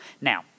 Now